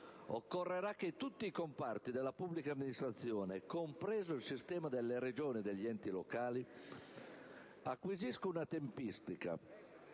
Occorrerà che tutti i comparti della pubblica amministrazione, compreso il sistema delle Regioni e degli enti locali, acquisiscano una tempistica